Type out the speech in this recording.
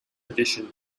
edition